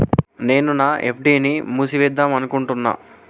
నేను నా ఎఫ్.డి ని మూసివేద్దాంనుకుంటున్న